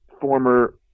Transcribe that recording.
former